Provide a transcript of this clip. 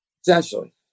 essentially